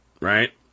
Right